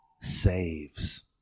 saves